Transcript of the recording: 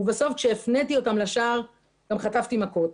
בסוף כשהפניתי אותם לשער, גם חטפתי מכות.